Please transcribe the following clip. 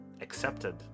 accepted